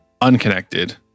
unconnected